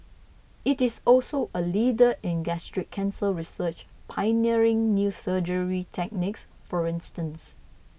it is also a leader in gastric cancer research pioneering new surgery techniques for instance